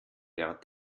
der